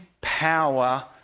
power